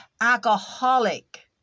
alcoholic